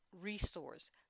resource